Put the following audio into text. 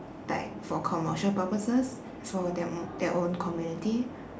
like for commercial purposes it's for them their own community